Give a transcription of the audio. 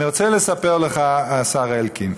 אני רוצה לספר לך, השר אלקין,